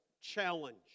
challenge